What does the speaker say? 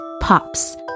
pops